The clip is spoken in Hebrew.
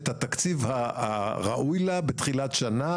את התקציב הראוי לה בתחילת שנה,